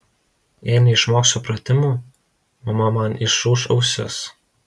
jei neišmoksiu pratimų mama man išūš ausis